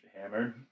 hammered